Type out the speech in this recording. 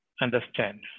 understand